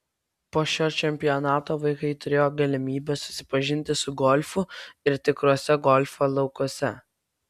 po šio čempionato vaikai turėjo galimybę susipažinti su golfu ir tikruose golfo laukuose